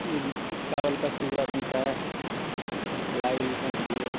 ये चावल का चूड़ा बनता है लाई भी बनती है